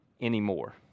anymore